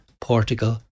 Portugal